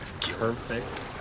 Perfect